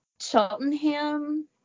Cheltenham